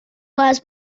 was